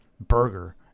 burger